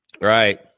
Right